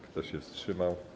Kto się wstrzymał?